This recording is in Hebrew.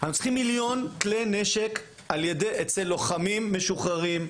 אנחנו צריכים מיליון כלי נשק אצל לוחמים משוחררים,